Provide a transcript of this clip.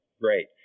great